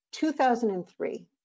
2003